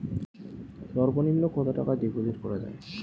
সর্ব নিম্ন কতটাকা ডিপোজিট করা য়ায়?